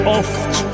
oft